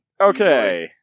Okay